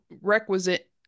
requisite